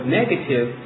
negative